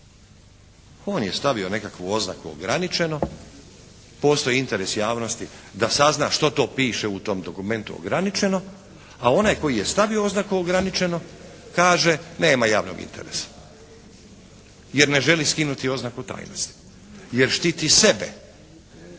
On je stavio nekakvu oznaku "ograničeno". Postoji interes javnosti da sazna što to piše u tom dokumentu "ograničeno", a onaj koji je stavio oznaku "ograničeno" kaže nema javnog interesa, jer ne želi skinuti oznaku tajnosti, jer štiti sebe